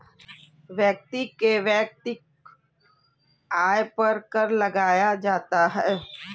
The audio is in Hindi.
व्यक्ति के वैयक्तिक आय पर कर लगाया जाता है